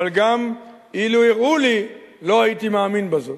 אבל גם אילו הראו לי, לא הייתי מקבל זאת.